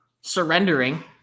surrendering